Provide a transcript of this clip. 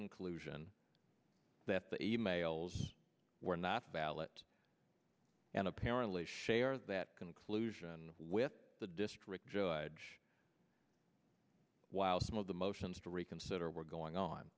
conclusion that the e mails were not ballot and apparently share that conclusion with the district judge while some of the motions to reconsider were going on